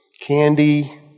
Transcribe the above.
candy